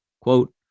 quote